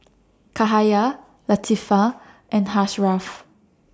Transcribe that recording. Cahaya Latifa and Ashraff